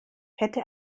hätte